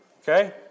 Okay